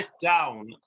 down